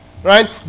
Right